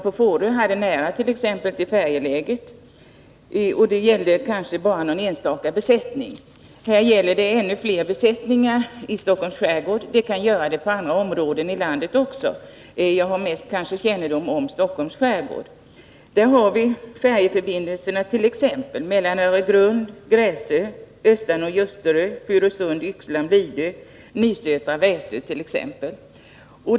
På Fårö har man t.ex. nära till färjeläget, och där gällde det kanske bara någon enstaka besättning. I Stockholms skärgård gäller det flera besättningar. Det kan det göra på andra håll i landet också, men jag känner bäst till Stockholms skärgård. Där gäller det t.ex. färjeförbindelserna Öregrund-Gräsö, Östanå-Ljusterö, Furusund-Yxlan-Blidö och Nysätra—Vätö.